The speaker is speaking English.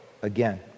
Again